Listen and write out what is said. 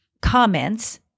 comments